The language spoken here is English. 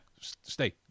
Stay